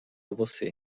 você